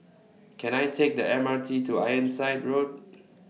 Can I Take The M R T to Ironside Road